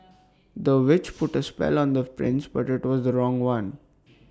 the witch put A spell on the prince but IT was the wrong one